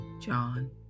John